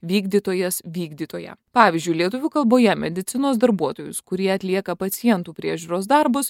vykdytojas vykdytoja pavyzdžiui lietuvių kalboje medicinos darbuotojus kurie atlieka pacientų priežiūros darbus